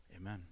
amen